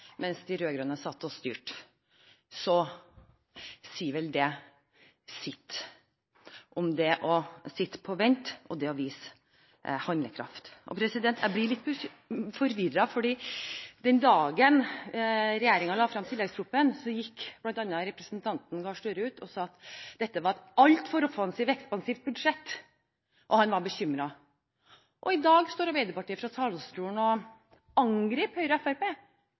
de rød-grønne styrte, sier vel det sitt om det å sitte på vent og det å vise handlekraft. Jeg blir litt forvirret, for den dagen regjeringen la frem tilleggsproposisjonen, gikk bl.a. representanten Gahr Støre ut og sa at dette var et altfor offensivt og ekspansivt budsjett, og han var bekymret. I dag står Arbeiderpartiet og angriper Høyre og